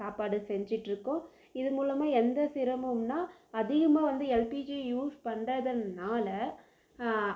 சாப்பாடு செஞ்சுட்ருக்கோம் இதுமூலமாக எந்த சிரமம்னால் அதிகமாக வந்து எல்பிஜி யூஸ் பண்ணுறதனால